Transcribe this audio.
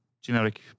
generic